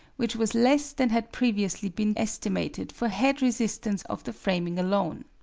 which was less than had previously been estimated for head resistance of the framing alone.